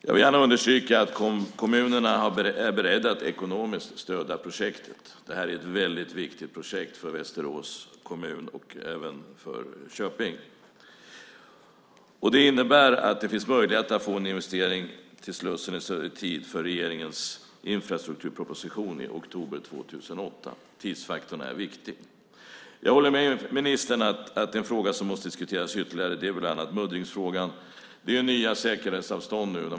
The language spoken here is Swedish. Jag vill gärna understryka att kommunerna är beredda att ekonomiskt stödja projektet. Detta är ett väldigt viktigt projekt för Västerås kommun och även för Köping. Det innebär att det finns möjligheter att få en investering till slussen i Södertälje i tid för regeringens infrastrukturproposition i oktober 2008. Tidsfaktorn är viktig. Jag håller med ministern om att en fråga som måste diskuteras ytterligare är muddringsfrågan. Det är nya säkerhetsavstånd nu.